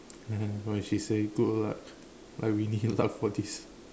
why she say good luck why we need luck for this